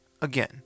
Again